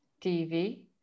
TV